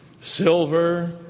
Silver